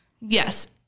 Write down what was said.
Yes